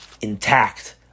intact